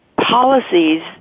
policies